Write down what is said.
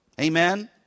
Amen